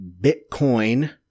Bitcoin